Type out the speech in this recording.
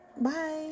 bye